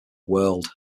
world